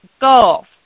golf